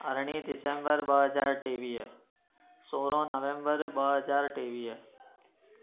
अरड़हीं December ॿ हर टेवीह सोरहां नवेंबर ॿ हज़ार टेवीह